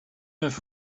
neuf